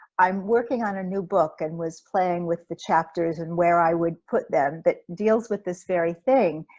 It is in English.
i'm working on a new book and was playing with the chapters and where i would put them that deals with this very thing,